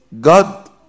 God